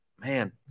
man